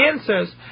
answers